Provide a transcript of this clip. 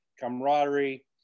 camaraderie